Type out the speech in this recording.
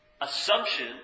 assumption